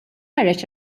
ħareġ